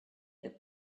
that